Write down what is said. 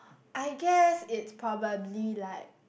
I guess is probably like